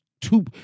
two